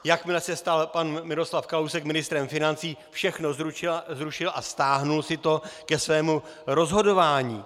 Jakmile se stal pan Miroslav Kalousek ministrem financí, všechno zrušil a stáhl si to ke svému rozhodování.